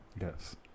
yes